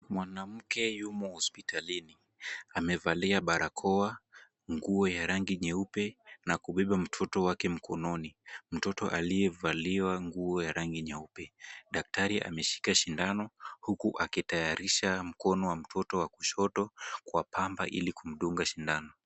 Mwanamke yumo hospitalini. Amevalia barakoa, nguo ya rangi nyeupe na kubeba mtoto wake mkononi, mtoto aliyevaliwa nguo ya rangi nyeupe. Daktari ameshika sindano huku akitayarisha mkono wa mtoto wa kushoto, kwa pamba ili kumdunga sindano.